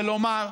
ולומר: